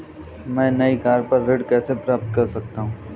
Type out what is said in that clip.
मैं नई कार पर ऋण कैसे प्राप्त कर सकता हूँ?